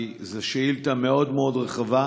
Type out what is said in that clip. כי זאת שאילתה מאוד מאוד רחבה,